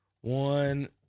one